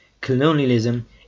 colonialism